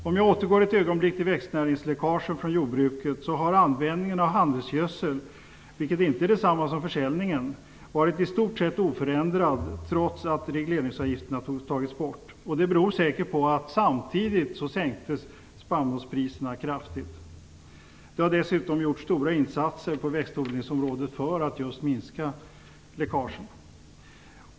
Om jag återgår ett ögonblick till växtnäringsläckagen från jordbruket, så har användningen av handelsgödsel, vilket inte är detsamma som försäljningen, varit i stort sett oförändrad trots att regleringsavgifterna tagits bort. Det beror säkert på att spannmålspriserna samtidigt sänktes kraftigt. Dessutom har stora insatser gjorts på växtodlingsområdet för att minska läckagen.